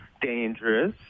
dangerous